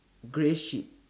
grey sheep